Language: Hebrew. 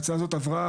ההצעה הזאת עברה